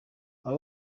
aba